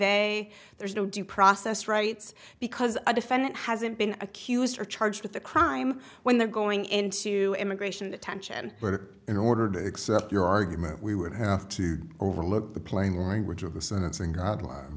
a there's no due process rights because a defendant hasn't been accused or charged with the crime when they're going into immigration detention but in order to accept your argument we would have to overlook the plain language of the sentencing guideline